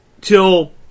till